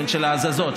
של ההזזות,